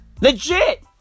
Legit